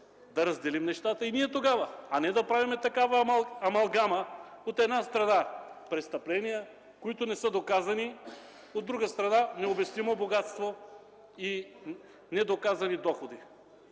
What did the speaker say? да разделим нещата и ние тогава, а не да правим такава амалгама: от една страна – престъпления, които не са доказани, от друга страна – необяснимо богатство и недоказани доходи.